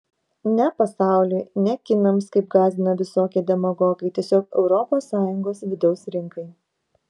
ne pasauliui ne kinams kaip gąsdina visokie demagogai tiesiog europos sąjungos vidaus rinkai